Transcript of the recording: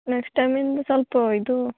next ಟೈಮಿಂದ ಸ್ವಲ್ಪ ಇದೂ